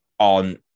On